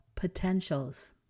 potentials